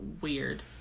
weird